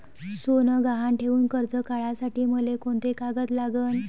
सोनं गहान ठेऊन कर्ज काढासाठी मले कोंते कागद लागन?